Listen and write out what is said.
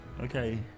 Okay